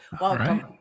Welcome